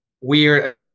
weird